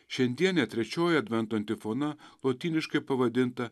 šiandienė trečioji advento antifona lotyniškai pavadinta